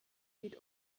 geht